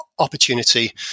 Opportunity